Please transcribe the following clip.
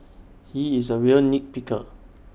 he is A real nit picker